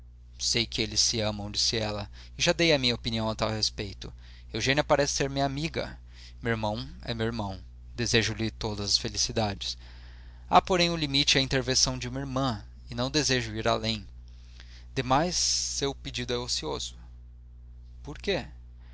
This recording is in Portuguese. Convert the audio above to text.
sei que eles se amam disse ela e já dei a minha opinião tal respeito eugênia parece ser minha amiga meu irmão é meu irmão desejo lhes todas as felicidades há porém um limite à intervenção de uma irmã e não desejo ir além demais seu pedido é ocioso por quê